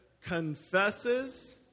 Confesses